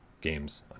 Games